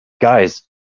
guys